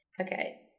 Okay